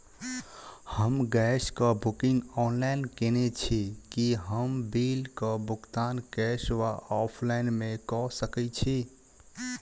हम गैस कऽ booking online केने छी, की हम बिल कऽ भुगतान कैश वा ऑफलाइन मे कऽ सकय छी?